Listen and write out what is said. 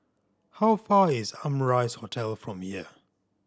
how far is Amrise Hotel from here